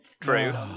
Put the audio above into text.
True